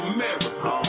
America